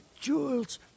jewels